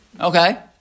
Okay